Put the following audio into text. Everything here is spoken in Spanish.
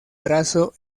brazo